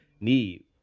need